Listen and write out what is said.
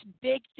Big